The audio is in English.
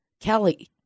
Kelly